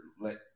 let